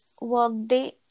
Workday